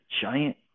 giant